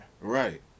Right